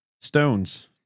stones